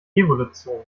evolution